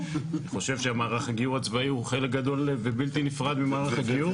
אני אצור מגע עם בית הדין ואני אגמור את התהליך ואנחנו נגייר את הילד,